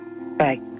Bye